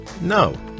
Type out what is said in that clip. no